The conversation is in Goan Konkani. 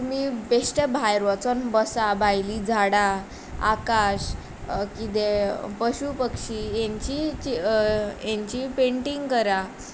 तुमी बेश्टें भायर वचून बसा भायलीं झाडां आकाश किदें पशु पक्षी हांची ची हांची पेंटींग करा